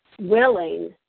willing